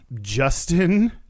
Justin